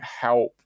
help